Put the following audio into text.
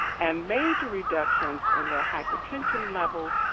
and major reductions in their hypertension levels,